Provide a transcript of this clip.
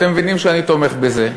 אתם מבינים שאני תומך בזה.